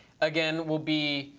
again, we'll be